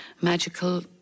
magical